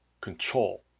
control